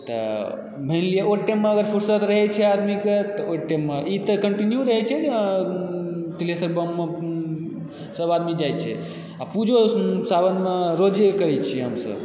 तऽ मानि लिअऽ ओ टाइममे अगर फुरसत रहए छै आदमीके तऽ ओ टाइममे ई तऽ कंटिन्यू रहै छै तिलहेश्वर बम सबआदमी जाइत छै आ पूजो सावनमे रोजे करैत छियै हमसब